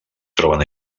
troben